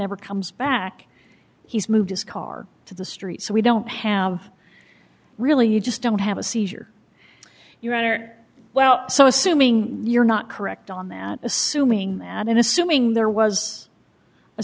ever comes back he's moved his car to the street so we don't have really you just don't have a seizure you're right or well so assuming you're not correct on that assuming that and assuming there was a